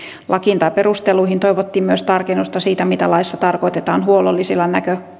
lakiin tai perusteluihin toivottiin myös tarkennusta siitä mitä laissa tarkoitetaan huollollisilla